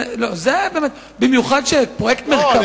במיוחד כשפרויקט מרכב"ה,